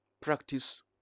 Practice